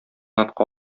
атка